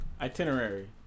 Itinerary